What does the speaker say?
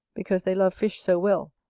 because they love fish so well,